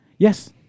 Yes